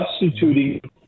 substituting